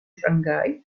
shanghai